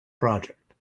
project